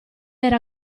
era